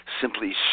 simply